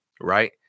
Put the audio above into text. Right